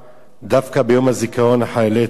דווקא ביום הזיכרון לחיילי צה"ל.